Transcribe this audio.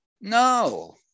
No